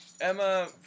Emma